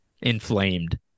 inflamed